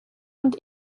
und